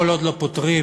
כל עוד לא פותרים